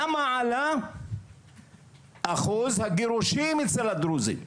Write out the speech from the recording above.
למה עלה אחוז הגירושין אצל הדרוזים?